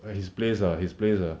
like his place ah his place ah